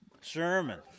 Sherman